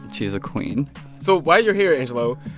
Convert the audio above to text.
and she's a queen so while you're here, angelo,